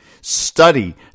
Study